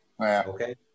Okay